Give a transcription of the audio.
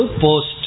post